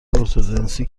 ارتدنسی